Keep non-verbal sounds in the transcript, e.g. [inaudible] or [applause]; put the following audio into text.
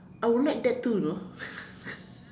I would like that too you know [laughs]